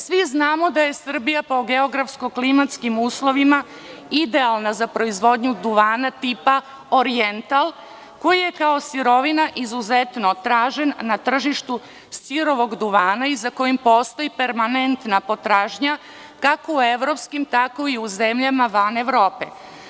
Svi znamo da je Srbija po geografsko-klimatskim uslovima idealna za proizvodnju duvana tipa „orjental“ koji je kao sirovina izuzetno tražen na tržištu sirovog duvana za kojim postoji permanentna potražnja kako u evropskim tako i u zemljama van Evrope.